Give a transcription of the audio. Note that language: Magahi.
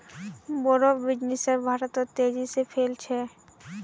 बोड़ो बिजनेस भारतत तेजी से फैल छ